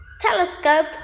Telescope